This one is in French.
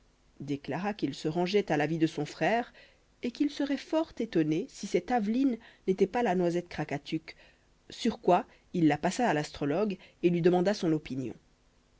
déclara qu'il se rangeait à l'avis de son frère et qu'il serait fort étonné si cette aveline n'était pas la noisette krakatuk sur quoi il la passa à l'astrologue et lui demanda son opinion